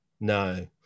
No